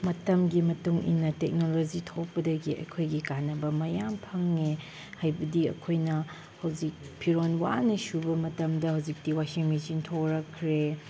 ꯃꯇꯝꯒꯤ ꯃꯇꯨꯡ ꯏꯟꯅ ꯇꯦꯛꯅꯣꯂꯣꯖꯤ ꯊꯣꯛꯄꯗꯒꯤ ꯑꯩꯈꯣꯏꯒꯤ ꯀꯥꯟꯅꯕ ꯃꯌꯥꯝ ꯐꯪꯉꯦ ꯍꯥꯏꯕꯗꯤ ꯑꯩꯈꯣꯏꯅ ꯍꯧꯖꯤꯛ ꯐꯤꯔꯣꯜ ꯋꯥꯅ ꯁꯨꯕ ꯃꯇꯝꯗ ꯍꯧꯖꯤꯛꯇꯤ ꯋꯥꯁꯤꯡ ꯃꯦꯆꯤꯟ ꯊꯣꯔꯛꯈ꯭ꯔꯦ